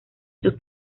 sus